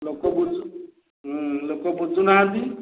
ଲୋକ ବୁଝୁ ହୁଁ ଲୋକ ବୁଝୁନାହାନ୍ତି